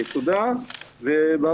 תודה ובהצלחה.